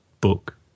book